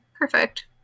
perfect